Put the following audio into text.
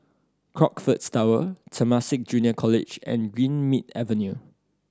Crockfords Tower Temasek Junior College and Greenmead Avenue